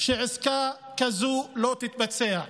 שעסקה כזאת לא תתבצע,